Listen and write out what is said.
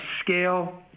scale